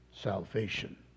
salvation